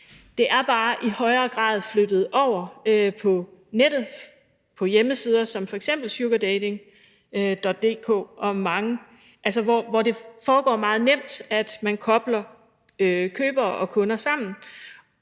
Det er bare i højere grad flyttet over på nettet, på hjemmesider som f.eks. sugardating.dk, hvor det foregår meget nemt, at man kobler køber og kunde sammen.